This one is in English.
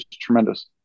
tremendous